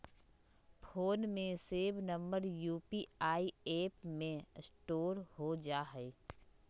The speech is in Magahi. फोन में सेव नंबर यू.पी.आई ऐप में स्टोर हो जा हई